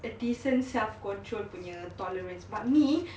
a decent self control punya tolerance but me